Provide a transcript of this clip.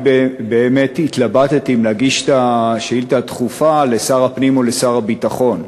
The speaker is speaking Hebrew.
אני באמת התלבטתי אם להגיש את השאילתה הדחופה לשר הפנים או לשר הביטחון,